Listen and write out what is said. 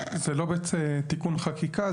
זה לא בתיקון חקיקה,